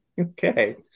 Okay